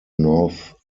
north